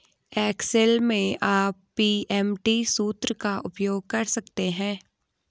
Excel में आप PMT सूत्र का उपयोग कर सकते हैं